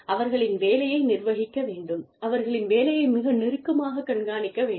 அவர்களின் வேலையை நிர்வகிக்க வேண்டும் அவர்களின் வேலையை மிக நெருக்கமாகக் கண்காணிக்க வேண்டும்